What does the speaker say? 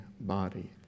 body